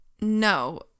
no